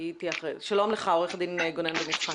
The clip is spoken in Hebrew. שלום עו"ד גונן בן יצחק.